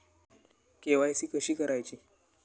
KYC कशी करायची?